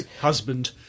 husband